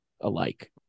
Alike